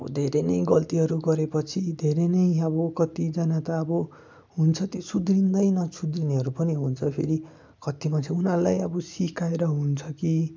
धेरै नै गल्तीहरू गरेपछि धेरै नै अब कतिजना त अब हुन्छ त्यो सुध्रिँदै नसुध्रिनेहरू पनि हुन्छ फेरि कति मान्छे उनीहरूलाई अब सिकाएर हुन्छ कि